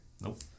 Nope